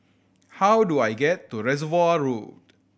how do I get to Reservoir Road